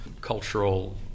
cultural